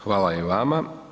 Hvala i vama.